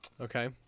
okay